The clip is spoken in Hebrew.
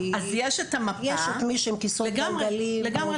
כי יש את מי שעם כסאות גלגלים וכו'.